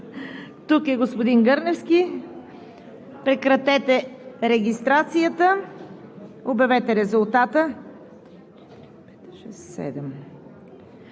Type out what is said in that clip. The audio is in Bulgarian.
Тук е господин Гърневски. Прекратете регистрацията, обявете резултата.